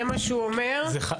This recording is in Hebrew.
זה מה שהוא אומר --- זה כבר מופיע.